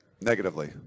Negatively